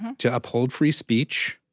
to uphold free speech,